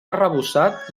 arrebossat